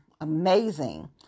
amazing